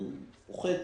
אני חושש